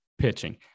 Pitching